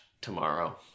tomorrow